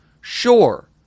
Sure